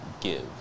give